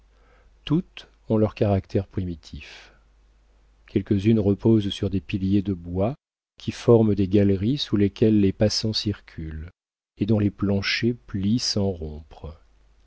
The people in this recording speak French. toutes ont leur caractère primitif quelques-unes reposent sur des piliers de bois qui forment des galeries sous lesquelles les passants circulent et dont les planchers plient